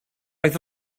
roedd